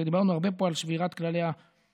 דיברנו הרבה פה על שבירת כללי המשחק.